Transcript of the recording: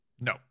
No